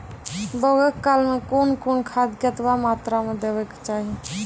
बौगक काल मे कून कून खाद केतबा मात्राम देबाक चाही?